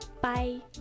Bye